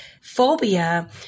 phobia